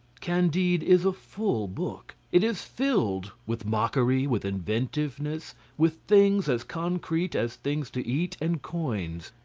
candide is a full book. it is filled with mockery, with inventiveness, with things as concrete as things to eat and coins,